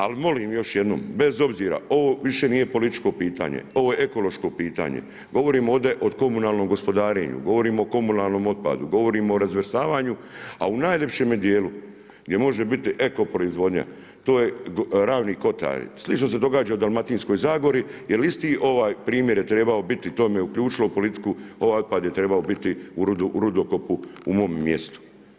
Ali molim još jednom bez obzira ovo više nije političko pitanje, ovo je ekološko pitanje, govorim ovdje o komunalnom gospodarenju, govorimo o komunalnom otpadu, govorimo o razvrstavanju, a u najljepšeme dijelu gdje može biti eko proizvodnja, to je Ravni Kotari, slično se događa u Dalmatinskoj zagori jer isti ovaj primjer je trebao biti i to me uključilo u politiku, ovaj otpad je trebao biti u rudokopu u mome mjestu.